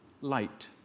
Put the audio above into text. light